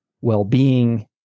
well-being